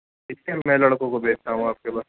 جی میں لڑکوں کو بھیجتا ہوں آپ کے پاس